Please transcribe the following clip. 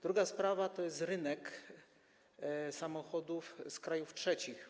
Druga sprawa to jest rynek samochodów z krajów trzecich.